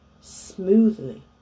smoothly